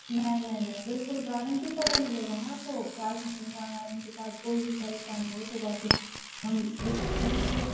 नहीं नहीं नहीं बिल्कुल गारन्टी का वो मिलेगा ना आपको कार्ड मिलेगा गारंटी कार्ड कोई भी परेशानी हो तो वापस हम दे सकते हैं उसको